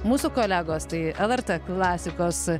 mūsų kolegos tai lrt klasikos